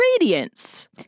ingredients